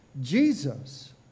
Jesus